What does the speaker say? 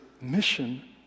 mission